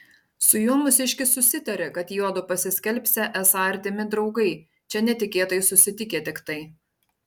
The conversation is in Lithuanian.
su juo mūsiškis susitarė kad jiedu pasiskelbsią esą artimi draugai čia netikėtai susitikę tiktai